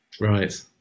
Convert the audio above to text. Right